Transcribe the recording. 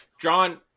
John